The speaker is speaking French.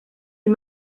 est